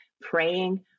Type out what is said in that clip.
praying